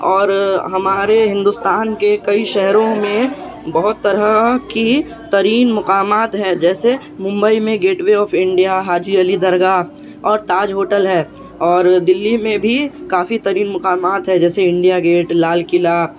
اور ہمارے ہندوستان کے کئی شہروں میں بہت طرح کی ترین مقامات ہے جیسے ممبئی میں Gateway of India Haji Ali Dargah اور تاج ہوٹل ہے اور دلی میں بھی کافی ترین مقامات ہے جیسے انڈیا گیٹ لال قلعہ